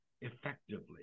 effectively